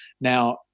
Now